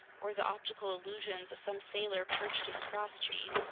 or the optical illusions of some sailor perched in the crosstrees,